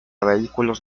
vehículos